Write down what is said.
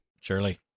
Surely